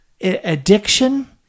addiction